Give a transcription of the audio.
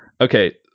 Okay